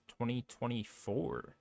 2024